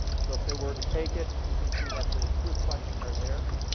so if they were to take it, you can see that the quiz questions are there.